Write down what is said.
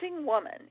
woman